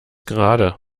gerade